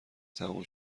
تموم